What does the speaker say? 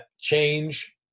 change